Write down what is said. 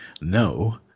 No